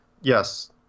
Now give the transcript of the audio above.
Yes